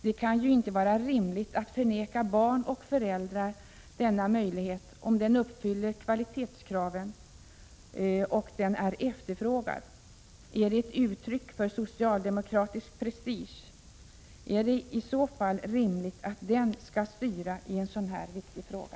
Det kan ju inte vara rimligt att förvägra barn och föräldrar den möjlighet som bidraget skulle ge, om barnomsorgen är efterfrågad och om den uppfyller kvalitetskraven. Är detta ett uttryck för socialdemokratisk prestige, och är det i så fall rimligt att den skall styra i en så viktig fråga?